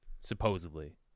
supposedly